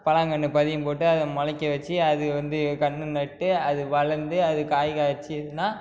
பலாங்கன்று பதியம் போட்டு அதை முளைக்க வச்சு அது வந்து கன்று நட்டு அது வளர்ந்து அது காய் காய்ச்சு இதுன்னா